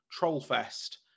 Trollfest